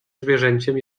zwierzęciem